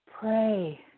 Pray